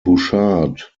bouchard